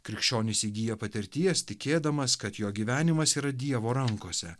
krikščionis įgyja patirties tikėdamas kad jo gyvenimas yra dievo rankose